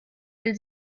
will